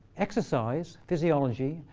exercise, physiology,